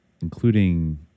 including